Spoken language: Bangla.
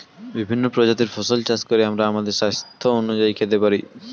বিভিন্ন প্রজাতির ফসল চাষ করে আমরা আমাদের স্বাস্থ্য অনুযায়ী খেতে পারি